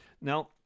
Now